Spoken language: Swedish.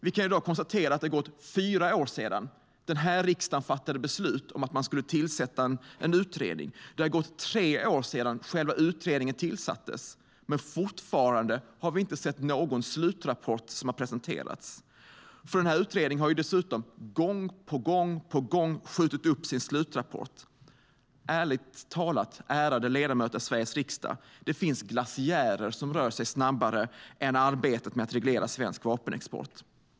Vi kan i dag konstatera att det har gått fyra år sedan riksdagen fattade beslut om att man skulle tillsätta en utredning. Det har gått tre år sedan själva utredningen tillsattes, men fortfarande har ingen slutrapport presenterats. Denna utredning har dessutom gång på gång skjutit upp sin slutrapport. Ärligt talat, ärade ledamöter av Sveriges riksdag: Det finns glaciärer som rör sig snabbare än arbetet med att reglera svensk vapenexport!